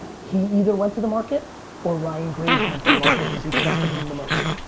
he either went to the market or ryan graves went to the market cause he trusted him the most.